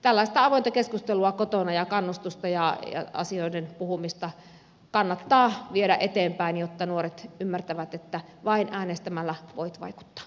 tällaista avointa keskustelua kotona ja kannustusta ja asioiden puhumista kannattaa viedä eteenpäin jotta nuoret ymmärtävät että vain äänestämällä voit vaikuttaa